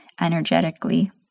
energetically